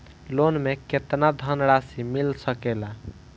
Loan मे केतना धनराशी मिल सकेला?